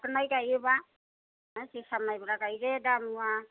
जाग्रोनाय गायोबा जोसा मायब्रा गायदो दामुवा